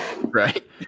right